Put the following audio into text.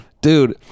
Dude